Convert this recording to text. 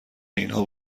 اینها